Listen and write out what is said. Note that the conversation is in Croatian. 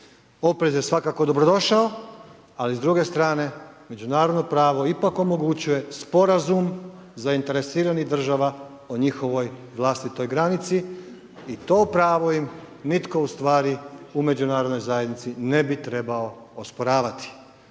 Oprez je svakako dobrodošao, ali s druge strane, međunarodno pravo ipak omogućuje Sporazum zainteresiranih država o njihovoj vlastitoj granici i to pravo im nitko ustvari u Međunarodnoj zajednici ne bi trebao osporavati.